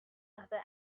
other